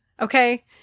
Okay